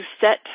set